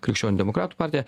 krikščionių demokratų partija